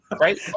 right